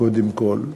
קודם כול,